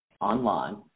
online